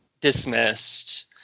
dismissed